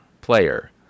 player